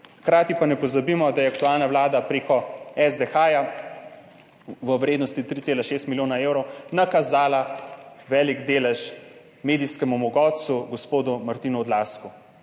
Hkrati pa ne pozabimo, da je aktualna Vlada preko SDH v vrednosti 3,6 milijona evrov nakazala velik delež medijskemu mogotcu, gospodu Martinu Odlazku,